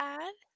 add